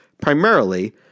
primarily